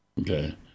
Okay